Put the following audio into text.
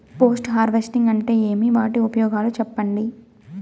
Post harvesting అంటే ఏమి? వాటి ఉపయోగాలు చెప్పండి?